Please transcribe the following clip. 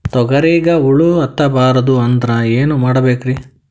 ತೊಗರಿಗ ಹುಳ ಹತ್ತಬಾರದು ಅಂದ್ರ ಏನ್ ಮಾಡಬೇಕ್ರಿ?